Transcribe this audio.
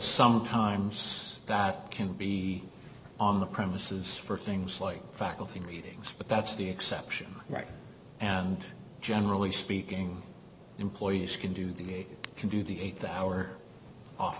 sometimes that can be on the premises for things like faculty meetings but that's the exception right and generally speaking employees can do the can do the eight the hour off